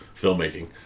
filmmaking